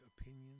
opinion